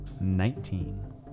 Nineteen